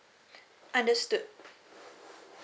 understood